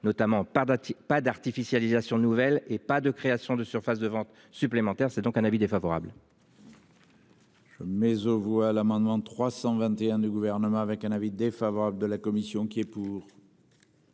par Dati pas d'artificialisation nouvelle et pas de création de surface de vente supplémentaires, c'est donc un avis défavorable. Mais aux voix l'amendement 321 du gouvernement avec un avis défavorable de la commission qui est pour.